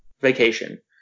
Vacation